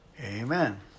amen